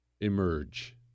Emerge